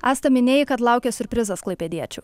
asta minėjai kad laukia siurprizas klaipėdiečių